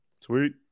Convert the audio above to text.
Sweet